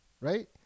right